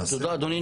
תודה אדוני,